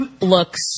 looks